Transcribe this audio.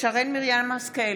שרן מרים השכל,